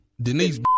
Denise